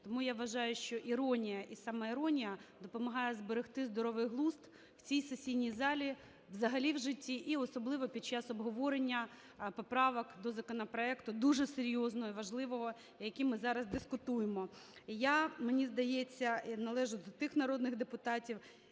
Тому я вважаю, що іронія і самоіронія допомагають зберегти здоровий глузд в цій сесійній залі, взагалі в житті, і особливо під час обговорення поправок до законопроекту, дуже серйозного і важливого, який ми зараз дискутуємо. Я, мені здається, належу до тих народних депутатів,